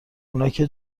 اوناکه